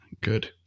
Good